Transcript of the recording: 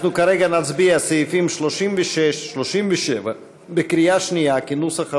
אנחנו כרגע נצביע על סעיפים 36 37 בקריאה שנייה כנוסח הוועדה,